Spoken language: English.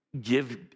give